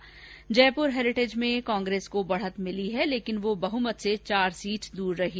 वहीं जयपुर हेरिटेज में कांग्रेस को बढत मिली है लेकिन वह बहमत से चार सीट दूर रही